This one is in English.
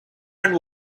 and